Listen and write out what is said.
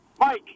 Mike